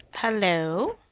Hello